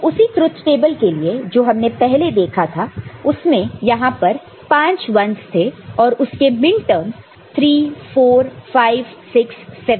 तो उसी truth table के लिए जो हमने पहले देखा था उसमें यहां पर 5 1's थे और उसके मिनटर्म्स 3 4 5 6 7 थे